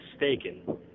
mistaken